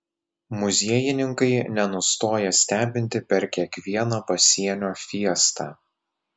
muziejininkai nenustoja stebinti per kiekvieną pasienio fiestą